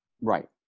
Right